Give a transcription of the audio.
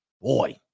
boy